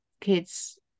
kids